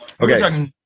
Okay